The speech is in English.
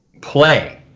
play